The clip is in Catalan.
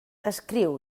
escriu